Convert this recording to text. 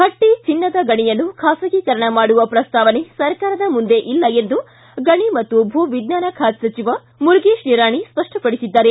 ಹಟ್ಟ ಚಿನ್ನದ ಗಣಿಯನ್ನು ಖಾಸಗೀಕರಣ ಮಾಡುವ ಪ್ರಸ್ತಾವನೆ ಸರಕಾರದ ಮುಂದೆ ಇಲ್ಲ ಎಂದು ಗಣಿ ಮತ್ತು ಭೂವಿಜ್ಞಾನ ಖಾತೆ ಸಚಿವ ಮುರುಗೇಶ್ ನಿರಾಣಿ ಸ್ಪಷ್ಟಪಡಿಸಿದ್ದಾರೆ